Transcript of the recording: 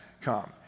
come